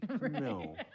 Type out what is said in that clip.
No